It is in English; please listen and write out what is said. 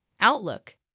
Outlook